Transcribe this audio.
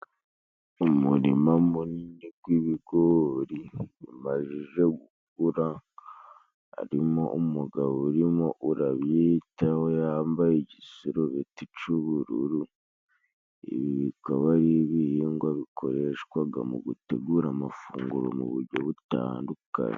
Umurima munini gw'ibigori bimajije gukura, harimo umugabo urimo urabyitaho yambaye igisurubeti c'ubururu, ibi bikaba ari ibihingwa bikoreshwaga mu gutegura amafunguro mu bujyo butandukanye.